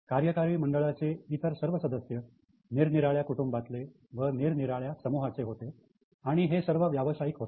कार्यकारी मंडळाचे इतर सर्व सदस्य निरनिराळ्या कुटुंबातले व निरनिराळ्या समूहाचे होते आणि हे सर्व व्यावसायिक होते